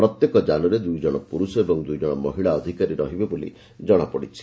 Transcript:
ପ୍ରତ୍ୟେକ ଯାନରେ ଦୁଇ ଜଣ ପୁରୁଷ ଏବଂ ଦୁଇ ଜଣ ମହିଳା ଅଧିକାରୀ ରହିବେ ବୋଲି ଜଣାପଡ଼ିଛି